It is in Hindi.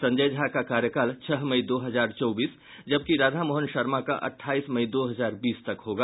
संजय झा का कार्यकाल छह मई दो हजार चौबीस जबकि राधा मोहन शर्मा का अठाईस मई दो हजार बीस तक होगा